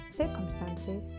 circumstances